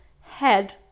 Head